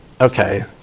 okay